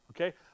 Okay